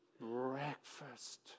breakfast